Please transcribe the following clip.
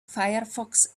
firefox